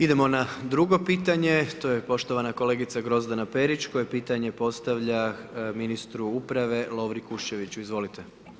Idemo na drugo pitanje, to je poštovana kolegica Grozdana Perić, koje pitanje postavlja ministru uprave, Lovri Kuščeviću, izvolite.